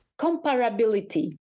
comparability